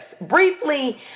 Briefly